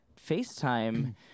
FaceTime